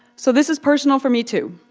so this is personal for me, too.